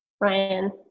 Ryan